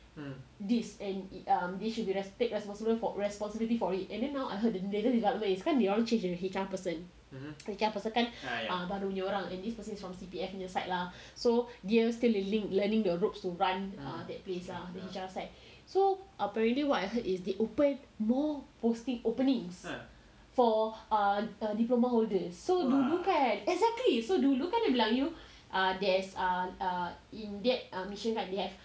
this and um they should be responsible um take responsibility for it and then now I heard they because they always change the H_R person H_R person kan ah baru punya orang and this person is from C_P_F punya side lah so they are still learning the ropes to run that place ah H_R side so apparently what I heard is they open more postings more openings for err diploma holders so dulu kan exactly so kan I bilang you there's ah err in that admission kan they have um